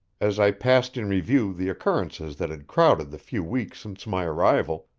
as i passed in review the occurrences that had crowded the few weeks since my arrival,